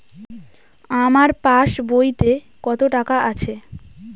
আমার পাস বইতে কত টাকা আছে?